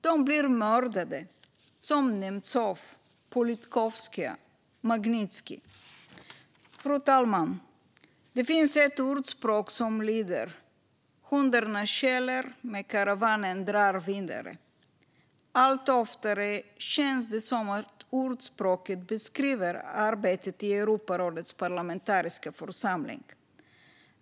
De blir mördade som Nemtsov, Politkovskaja och Magnitskij. Fru talman! Det finns ett ordspråk som lyder: Hundarna skäller, men karavanen drar vidare. Allt oftare känns det som om det ordspråket beskriver arbetet i Europarådets parlamentariska församling.